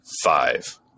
five